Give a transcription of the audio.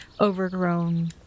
overgrown